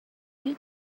you